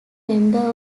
member